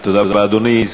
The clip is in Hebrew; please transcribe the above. תודה רבה.